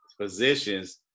positions